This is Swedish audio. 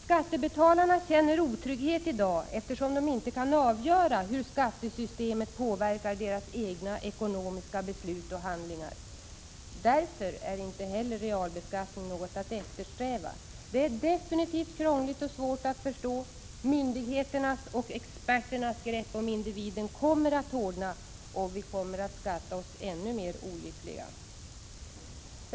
Skattebetalarna känner otrygghet eftersom de inte kan avgöra hur skattesystemet påverkar deras egna ekonomiska beslut och handlingar. Därför är inte heller realbeskattning något att eftersträva. Det är definitivt krångligt och svårt att förstå. Myndigheternas och experternas grepp om individen kommer att hårdna och vi kommer att skatta oss ännu mer olyckliga.